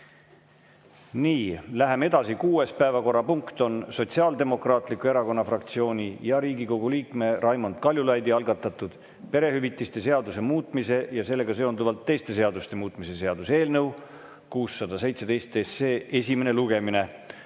Nii, läheme edasi. Kuues päevakorrapunkt on Sotsiaaldemokraatliku Erakonna fraktsiooni ja Riigikogu liikme Raimond Kaljulaidi algatatud perehüvitiste seaduse muutmise ja sellega seonduvalt teiste seaduste muutmise seaduse eelnõu 617 esimene lugemine.